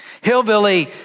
Hillbilly